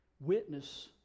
Witness